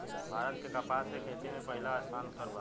भारत के कपास के खेती में पहिला स्थान पर बा